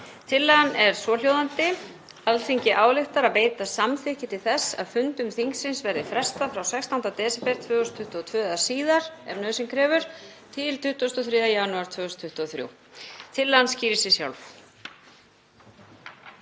Tillagan er svohljóðandi: „Alþingi ályktar að veita samþykki til þess að fundum þingsins verði frestað frá 16. desember 2022 eða síðar, ef nauðsyn krefur, til 23. janúar 2023.“ Tillagan skýrir sig sjálf.